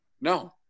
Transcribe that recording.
No